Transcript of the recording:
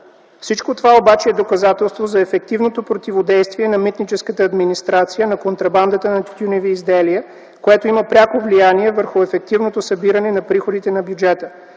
Всичко това обаче е доказателство за ефективното противодействие на митническата администрация на контрабандата на тютюневи изделия, което има пряко влияние върху ефективното събиране на приходите в бюджета.